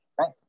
right